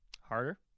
Harder